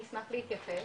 אז אני אשמח להתייחס,